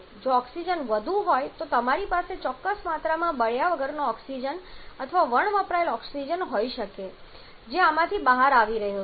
જો ઓક્સિજન વધુ હોય તો તમારી પાસે ચોક્કસ માત્રામાં બળ્યા વગરનો ઓક્સિજન અથવા વણવપરાયેલ ઓક્સિજન હોઈ શકે છે જે આમાંથી બહાર આવી રહ્યો છે